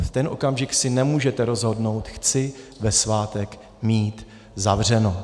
V ten okamžik si nemůžete rozhodnout: chci ve svátek mít zavřeno.